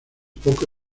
poco